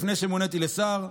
לפני שמוניתי לשר.